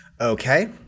Okay